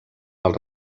els